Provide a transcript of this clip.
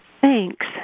Thanks